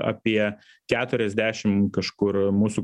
apie keturiasdešim kažkur mūsų